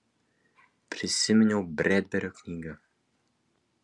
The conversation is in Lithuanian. prisiminiau bredberio knygą